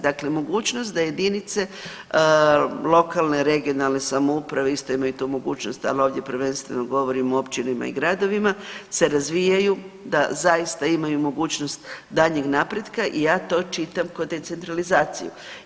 Dakle, mogućnost da jedinice lokalne, regionalne samouprave isto imaju tu mogućnost, ali ovdje prvenstveno govorimo o općinama i gradovima, se razvijaju, da zaista imaju mogućnost daljnjeg napretka i ja to čitam ko decentralizaciju.